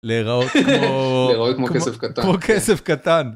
לראות כמו כסף קטן.